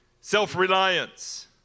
self-reliance